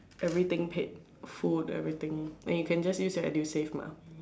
everything paid food everything and you can just use your Edusave mah